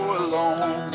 alone